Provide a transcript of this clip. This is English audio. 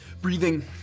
Breathing